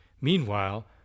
Meanwhile